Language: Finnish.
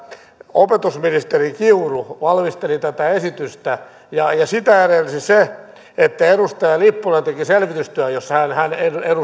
opetusministeri kiuru valmisteli tätä esitystä ja sitä edelsi se että edustaja lipponen teki selvitystyön jossa hän